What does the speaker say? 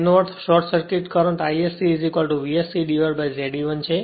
તેનો અર્થ short circuit current ISC VSC Ze 1 છે